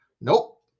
Nope